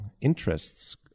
interests